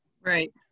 right